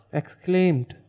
exclaimed